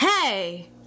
hey